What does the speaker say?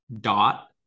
dot